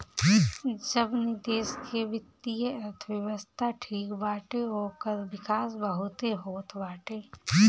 जवनी देस के वित्तीय अर्थव्यवस्था ठीक बाटे ओकर विकास बहुते होत बाटे